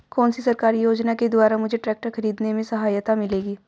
कौनसी सरकारी योजना के द्वारा मुझे ट्रैक्टर खरीदने में सहायता मिलेगी?